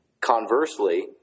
Conversely